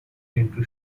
into